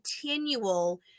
continual